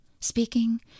Speaking